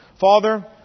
Father